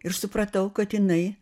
ir supratau kad jinai